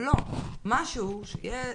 משהו שיהיה